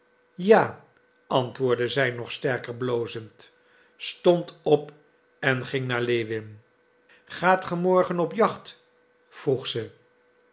ja antwoordde zij nog sterker blozend stond op en ging naar lewin gaat ge morgen op de jacht vroeg ze